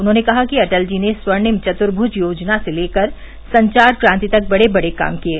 उन्होंने कहा कि अटल जी ने स्वर्णिम चत्मुर्ज योजना से लेकर संचार क्रांति तक बड़े बड़े काम किये